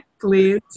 please